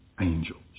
angels